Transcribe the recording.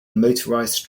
motorised